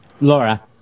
Laura